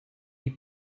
meet